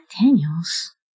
Daniels